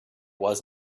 was